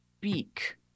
beak